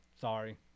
Sorry